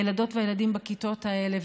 הילדות והילדים בכיתות האלה,